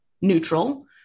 neutral